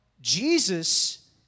Jesus